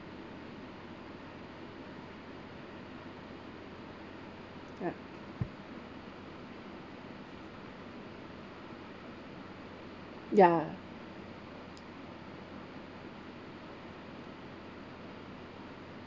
ya ya